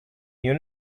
you